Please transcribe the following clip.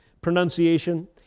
pronunciation